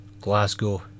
Glasgow